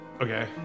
Okay